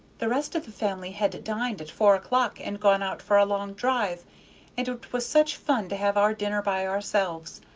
the rest of the family had dined at four o'clock and gone out for a long drive, and it was such fun to have our dinner by ourselves.